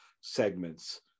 segments